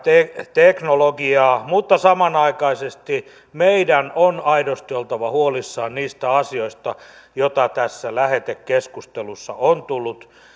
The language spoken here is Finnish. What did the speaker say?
teknologiaa mutta samanaikaisesti meidän on aidosti oltava huolissamme niistä asioista joita tässä lähetekeskustelussa on tullut